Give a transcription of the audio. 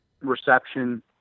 reception